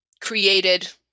created